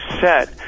set